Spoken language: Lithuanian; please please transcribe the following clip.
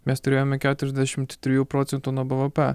mes turėjome keturiasdešimt trijų procentų nuo bvp